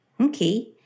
Okay